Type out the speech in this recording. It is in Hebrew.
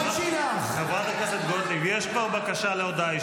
את לוחמי גבעתי, כשהמרדת אותם נגד המפקדים שלהם.